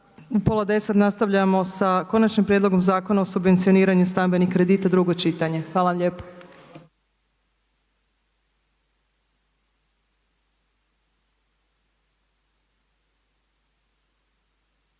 u pola deset nastavljamo sa Konačnim prijedlogom Zakona o subvencioniranju stambenih kredita, drugo čitanje. Hvala lijepo.